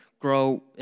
grow